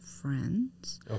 friends